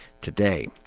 today